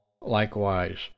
likewise